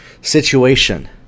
situation